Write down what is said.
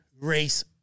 race